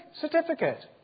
Certificate